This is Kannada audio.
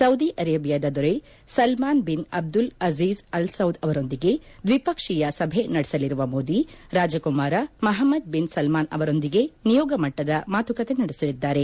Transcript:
ಸೌದಿ ಅರೇಬಿಯಾದ ದೊರೆ Salman bin Abdul Aziz Al Saud ಅವರೊಂದಿಗೆ ದ್ವಿಪಕ್ಷೀಯ ಸಭೆ ನಡೆಸಲಿರುವ ಮೋದಿ ರಾಜಕುಮಾರ ಮಹಮ್ನದ್ ಬಿನ್ ಸಲ್ನಾನ್ ಅವರೊಂದಿಗೆ ನಿಯೋಗ ಮಟ್ಟದ ಮಾತುಕತೆ ನಡೆಸಲಿದ್ದಾರೆ